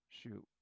Shoot